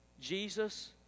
Jesus